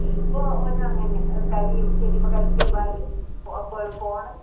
ഇപ്പോൾ ഓൻ അങ്ങന്നെ കളിയും ചെരീമ്മ കളിക്കാൻ പായും ഓ അപ്പള് ഫോണും